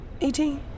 Eighteen